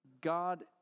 God